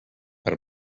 per